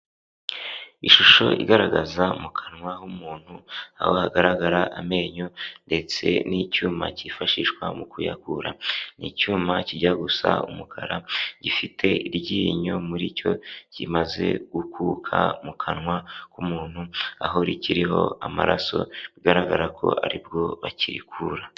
Ishusho igaragaza mu kanwa h'umuntu aho hagaragara amenyo ndetse n'icyuma cyifashishwa mu kuyakura, ni icyuma kijya gusa umukara, gifite iryinyo muri cyo kimaze gukuka mu kanwa k'umuntu, aho rikiriho amaraso bigaragara ko aribwo bakirikura.